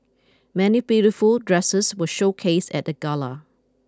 many beautiful dresses were showcased at the gala